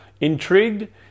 Intrigued